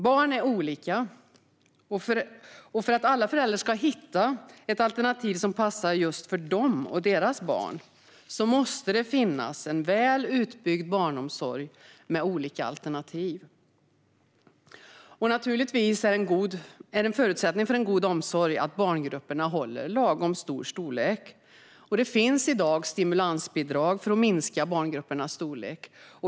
Barn är olika, och för att alla föräldrar ska hitta ett alternativ som passar just dem och deras barn måste det finnas en väl utbyggd barnomsorg med olika alternativ. Naturligtvis är en förutsättning för en god omsorg att barngrupperna är lagom stora, och det finns i dag stimulansbidrag för att minska barngruppernas storlek.